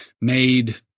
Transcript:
made